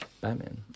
Batman